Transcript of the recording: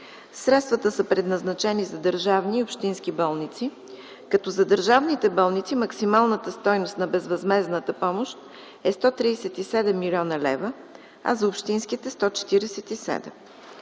Средствата са предназначени за държавни и общински болници, като за държавните болници максималната стойност на безвъзмездната помощ е 137 млн. лв., а за общинските 147